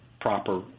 proper